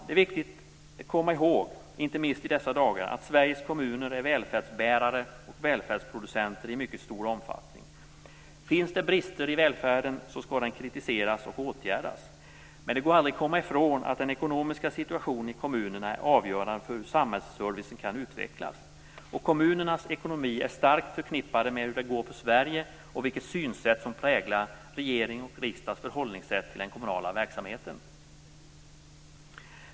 Det är viktigt att komma ihåg - inte minst i dessa dagar - att Sveriges kommuner är välfärdsbärare och välfärdsproducenter i mycket stor omfattning. Finns det brister i välfärden skall dessa kritiseras och åtgärdas. Men det går aldrig att komma ifrån att den ekonomiska situationen i kommunerna är avgörande för hur samhällsservicen kan utvecklas. Kommunernas ekonomi är starkt förknippade med hur det går för Sverige och vilket synsätt som präglar regerings och riksdags förhållningssätt till den kommunala verksamheten.